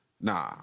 Nah